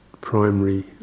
primary